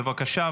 בבקשה.